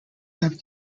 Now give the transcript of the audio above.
have